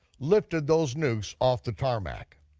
lifted those nukes off the tarmac.